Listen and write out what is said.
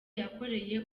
yakoreye